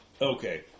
Okay